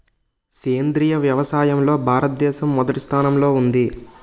సేంద్రీయ వ్యవసాయంలో భారతదేశం మొదటి స్థానంలో ఉంది